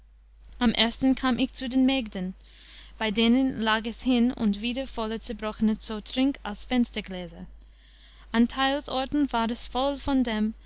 am ersten kam ich zu den mägden bei denen lag es hin und wieder voller zerbrochener so trink als fenstergläser an teils orten war es von dem